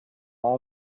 all